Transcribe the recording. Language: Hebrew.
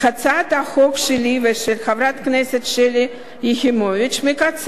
הצעת החוק שלי ושל חברת הכנסת שלי יחימוביץ מקצרת